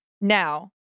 now